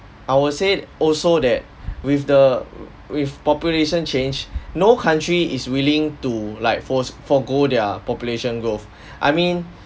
I will say that also that with the with population change no country is willing to like force forgo their population growth I mean